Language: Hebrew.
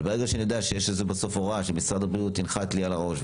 אבל ברגע שאני יודע שיש איזושהי הוראה ושמשרד הבריאות ינחת לי על הראש,